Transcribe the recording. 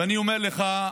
אני אומר לך,